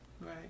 Right